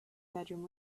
bedroom